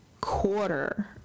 quarter